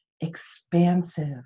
expansive